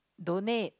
donate